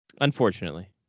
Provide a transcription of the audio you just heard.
Unfortunately